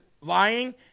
lying